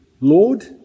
Lord